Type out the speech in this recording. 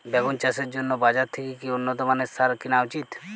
বেগুন চাষের জন্য বাজার থেকে কি উন্নত মানের সার কিনা উচিৎ?